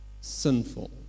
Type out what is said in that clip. sinful